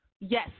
Yes